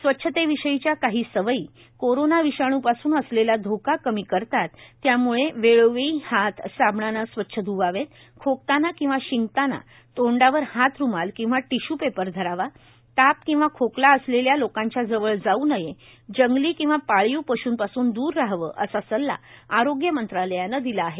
स्वच्छतेविषयीच्या काही सवयी कोरोना विषाणूपासून असलेला धोका कमी करतात त्यामूळे वेळोवेळी हात साबणाने स्वच्छ ध्वावेत खोकताना किंवा शिकताना तोंडावर हात रुमाल किंवा टिश्य् पेपर धरावा ताप किंवा खोकला असलेल्या लोकांच्या जवळ जाऊ नये जंगली किंवा पाळीव पशूंपासून दूर रहावं असा सल्ला आरोग्यमंत्रालयानं दिला आहे